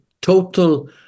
total